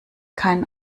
keinen